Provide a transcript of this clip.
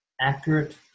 accurate